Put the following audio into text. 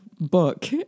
Book